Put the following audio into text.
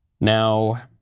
Now